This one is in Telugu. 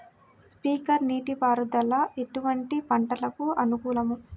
స్ప్రింక్లర్ నీటిపారుదల ఎటువంటి పంటలకు అనుకూలము?